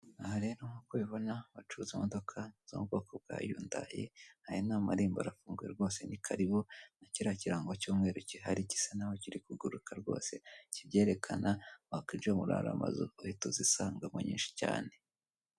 Aha rero nkuko ubibona bacuruza imodoka zo mu bwoko bwa yundayi aya ni amarembo arafunguye rwose ni karibu n'akiriya kirango cy'umweru gihari gisa nkaho kiri kuguruka rwose kibyerekana wakinjira muri ariya mazu uhita uzisangamo nyinshi cyane.